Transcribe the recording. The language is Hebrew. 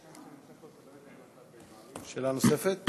שאלה נוספת?